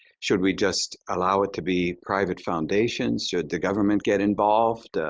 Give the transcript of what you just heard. should we just allow it to be private foundations? should the government get involved?